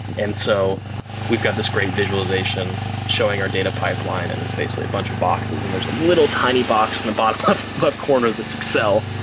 and so we've got this great visualization showing our data pipeline and it's basically a bunch of boxes and there's a little tiny box in the bottom left corner that's excel,